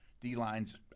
D-Line's